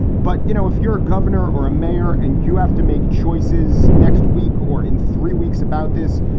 but, you know, if you're a governor or a mayor and you have to make choices next week or in three weeks about this,